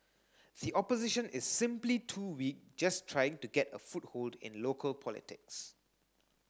the opposition is simply too weak just trying to get a foothold in local politics